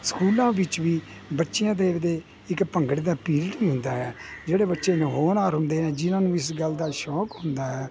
ਸਕੂਲਾਂ ਵਿੱਚ ਵੀ ਬੱਚਿਆਂ ਦੇ ਦੇ ਇੱਕ ਭੰਗੜੇ ਦਾ ਪੀਰੀਅਡ ਵੀ ਹੁੰਦਾ ਹੈ ਜਿਹੜੇ ਬੱਚੇ ਹੋਣਹਾਰ ਹੁੰਦੇ ਨੇ ਜਿਹਨਾਂ ਨੂੰ ਵੀ ਇਸ ਗੱਲ ਦਾ ਸ਼ੌਂਕ ਹੁੰਦਾ ਹੈ